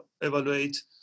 evaluate